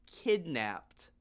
kidnapped